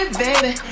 baby